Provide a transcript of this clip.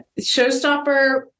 Showstopper